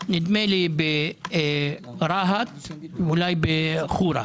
נדמה לי ברהט, אולי בחורא.